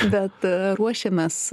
bet ruošiames